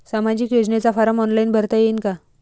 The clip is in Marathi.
सामाजिक योजनेचा फारम ऑनलाईन भरता येईन का?